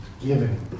giving